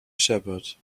shepherd